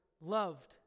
loved